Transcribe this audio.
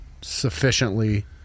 sufficiently